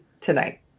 tonight